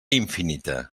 infinita